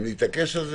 אתה מתעקש על זה.